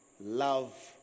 love